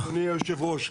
אדוני יושב הראש.